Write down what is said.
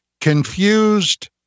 confused